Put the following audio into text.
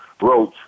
Roach